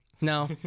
no